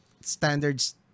standards